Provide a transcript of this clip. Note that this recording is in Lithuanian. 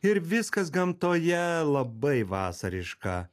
ir viskas gamtoje labai vasariška